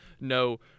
no